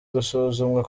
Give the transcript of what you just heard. gusuzumwa